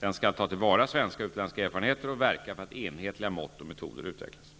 Den skall ta till vara svenska och utländska erfarenheter och verka för att enhetliga mått och metoder utvecklas.